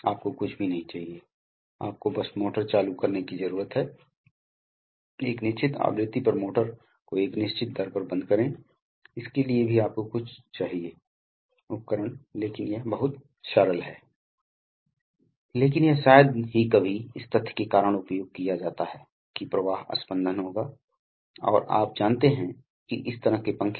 एकल या एकाधिक और इसे सही तरीके से चलाने की आवश्यकता है इसलिए क्योंकि यह हवा को संपीड़ित करता है इसलिए इसे एक प्रधान मूवर द्वारा संचालित करने की आवश्यकता होती है और विभिन्न प्रकार के प्राइम मूवर्स संभव हैं यह हो सकता है प्रधान मूवर हो सकता है एक इलेक्ट्रिक मोटर या यह एक आईसी IC इंजन हो सकता है या यह कभी कभी एक टरबाइन हो सकता है जिसके साथ यह कंप्रेसर युग्मित होगा इसलिए उन जगहों पर जहां आपके पास है